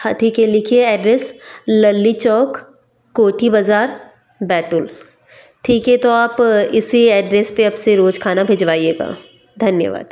हाँ ठीक है लिखिए एड्रेस लल्ली चौक कोठी बजार बैतुल ठीक है तो आप इसी एड्रेस पर रोज खाना भिजवाइएगा धन्यवाद